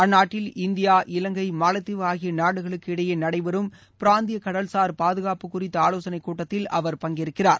அந்நாட்டில் இந்தியா இலங்கை மாலத்தீவு ஆகிய நாடுகளுக்கு இடையே நடைபெறும் பிராந்திய கடல்சார் பாதுகாப்பு குறித்த ஆலோசனைக் கூட்டத்தில் அவர் பங்கேற்கிறார்